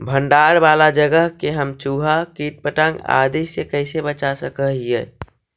भंडार वाला जगह के हम चुहा, किट पतंग, आदि से कैसे बचा सक हिय?